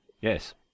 yes